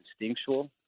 instinctual